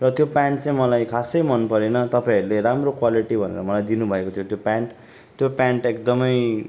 र त्यो प्यान्ट चाहिँ मलाई खासै मन परेन तपाईँहरूले राम्रो क्वालिटी भनेर मलाई दिनुभएको थियो त्यो प्यान्ट त्यो प्यान्ट एकदमै